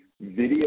video